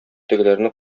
тегеләрне